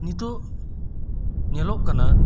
ᱱᱤᱛᱳᱜ ᱧᱮᱞᱚᱜ ᱠᱟᱱᱟ